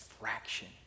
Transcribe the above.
fraction